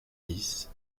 dix